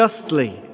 justly